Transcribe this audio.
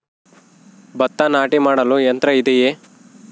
ಭತ್ತ ನಾಟಿ ಮಾಡಲು ಯಂತ್ರ ಇದೆಯೇ?